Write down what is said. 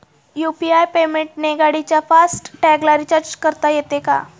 UPI पेमेंटने गाडीच्या fast टॅगला रिर्चाज करता येते का?